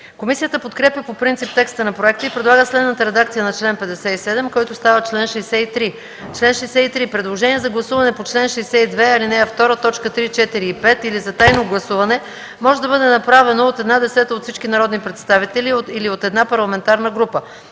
Комисията подкрепя по принцип текста на проекта и предлага следната редакция на чл. 57, който става чл. 63: „Чл. 63. Предложение за гласуване по чл. 62, ал. 2, т. 3, 4 и 5 или за тайно гласуване може да бъде направено от една десета от всички народни представители или от една парламентарна група.